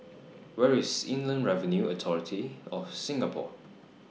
Where IS Inland Revenue Authority of Singapore